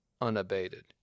unabated